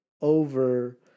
over